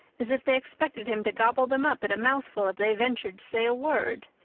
as if they expected him to gobble them up at a mouthful if they ventured to say a word.